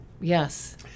Yes